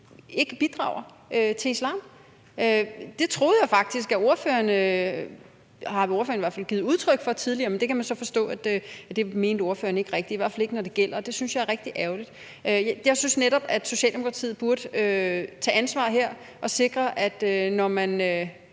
ikke bidrager til islam. Det troede jeg faktisk at ordføreren mente. Det har ordføreren i hvert fald givet udtryk for tidligere, men det kan man så forstå at ordføreren ikke rigtig mente, i hvert fald ikke når det gælder, og det synes jeg er rigtig ærgerligt. Jeg synes netop, at Socialdemokratiet her burde tage ansvar og sikre, at man,